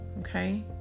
Okay